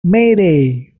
mayday